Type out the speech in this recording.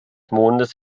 mondes